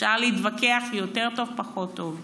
אפשר להתווכח: יותר טוב, פחות טוב,